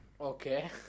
Okay